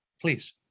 Please